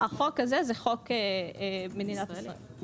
החוק הזה הוא חוק מדינת ישראל.